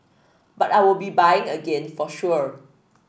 but I'll be buying again for sure